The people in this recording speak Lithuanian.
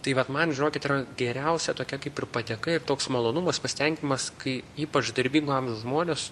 tai vat man žinokit yra geriausia tokia kaip ir padėka ir toks malonumas pasitenkinimas kai ypač darbingo amžiaus žmonės